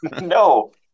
No